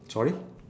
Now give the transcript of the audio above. sorry